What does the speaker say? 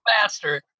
faster